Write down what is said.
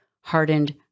hardened